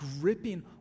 gripping